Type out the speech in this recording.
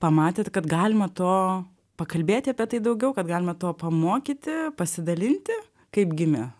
pamatėt kad galima to pakalbėti apie tai daugiau kad galima to pamokyti pasidalinti kaip gimė